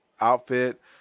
outfit